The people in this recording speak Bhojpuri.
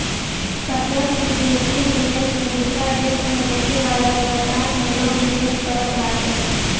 प्रत्यक्ष विदेशी निवेश में दूसरा देस में होखे वाला व्यवसाय में लोग निवेश करत बाटे